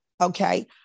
Okay